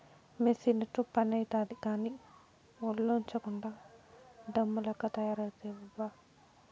మెసీనుతో పనైతాది కానీ, ఒల్లోంచకుండా డమ్ము లెక్క తయారైతివబ్బా